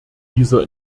dieser